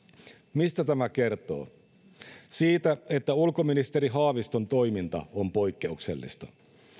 mistä tämä kertoo siitä että ulkoministeri haaviston toiminta on poikkeuksellista